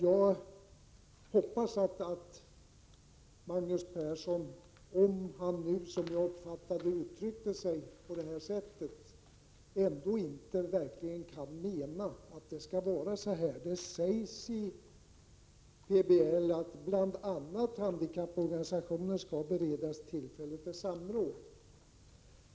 Jag hoppas att Magnus Persson, om han uttryckte sig som jag uppfattade det, ändå inte menar att det skall vara så. Det sägs i PBL att bl.a. handikapporganisationer skall beredas tillfälle till samråd.